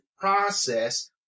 process